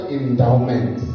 endowment